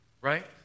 Right